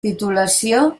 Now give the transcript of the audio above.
titulació